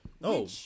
No